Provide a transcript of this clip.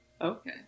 Okay